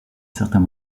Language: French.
certains